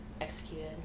executed